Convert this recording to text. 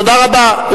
תודה רבה.